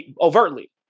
Overtly